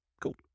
Cool